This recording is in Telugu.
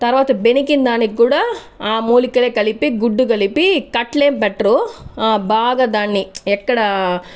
తర్వాత బెనికిందానిక్కూడా ఆ మూలికనే కలిపి గుడ్డు కలిపి కట్టులేమి పెట్టరు బాగా దాన్ని ఎక్కడా